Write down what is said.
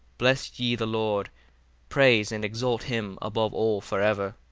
bless ye the lord praise and exalt him above all for ever.